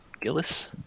gillis